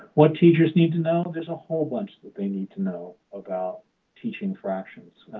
what teachers need to know? there's a whole bunch that they need to know about teaching fractions,